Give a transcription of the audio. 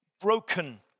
broken